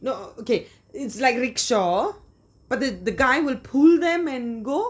no uh okay it's like rickshaw but the guy who pull them and go